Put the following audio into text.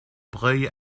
breuil